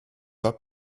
pas